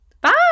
Bye